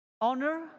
Honor